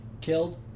killed